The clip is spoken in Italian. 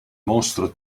mostro